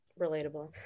Relatable